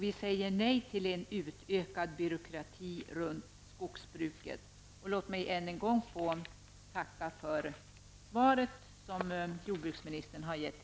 Vi säger nej till en utökad byråkrati runt skogsbruket.